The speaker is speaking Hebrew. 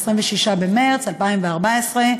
26 במרס 2014,